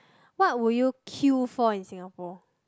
what will you queue for in Singapore